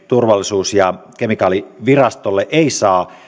turvallisuus ja kemikaalivirastolle ei saa